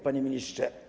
Panie Ministrze!